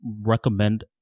recommend